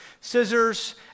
Scissors